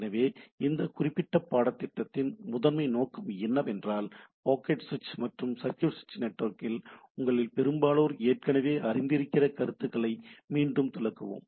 எனவே இந்த குறிப்பிட்ட பாடத்தின் முதன்மை நோக்கம் என்னவென்றால் பாக்கெட் சுவிட்ச் மற்றும் சர்க்யூட் சுவிட்ச் நெட்வொர்க்கில் உங்களில் பெரும்பாலோர் ஏற்கனவே அறிந்திருக்கிற கருத்துக்களை மீண்டும் துலக்குவோம்